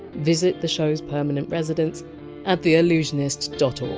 visit the show! s permanent residence at theallusionist dot